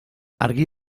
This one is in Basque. argi